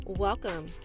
Welcome